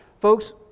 Folks